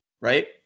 right